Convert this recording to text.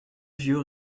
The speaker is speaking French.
vieux